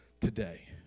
today